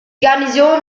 garnison